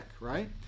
right